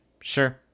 sure